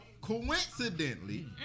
coincidentally